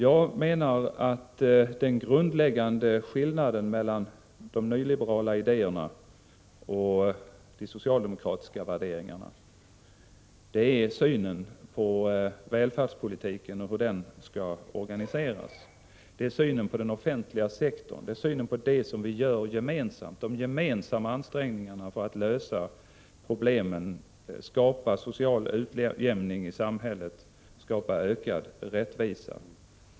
Jag menar att den grundläggande skillnaden mellan de nyliberala idéerna och de socialdemokratiska värderingarna är synen på välfärdspolitiken och hur den skall organiseras. Det är synen på den offentliga sektorn, synen på de gemensamma ansträngningarna för att lösa problemen, skapa social utjämning i samhället, skapa ökad rättvisa.